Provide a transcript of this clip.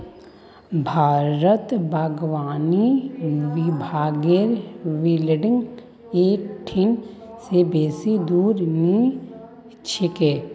भारतत बागवानी विभागेर बिल्डिंग इ ठिन से बेसी दूर नी छेक